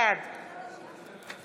בעד